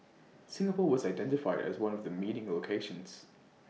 Singapore was identified as one of the meeting locations